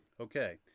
okay